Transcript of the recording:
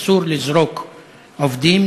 אסור לזרוק עובדים,